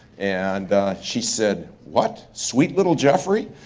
and she said, what, sweet little jeffrey?